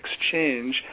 exchange